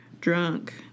Drunk